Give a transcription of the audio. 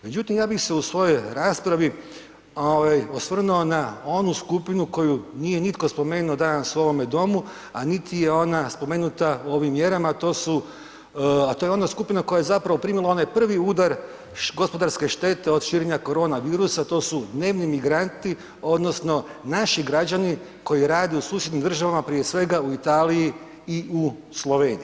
Međutim, ja bih se u svojoj raspravi ovaj osvrnuo na onu skupinu koju nije nitko spomenuo danas u ovome domu, a niti je ona spomenuta u ovim mjerama, to su, a to je ona skupina koja je zapravo primila onaj prvi udar gospodarske štete od širenja koronavirusa, to su dnevni migranti odnosno naši građani koji rade u susjednim državama, prije svega u Italiji i u Sloveniji.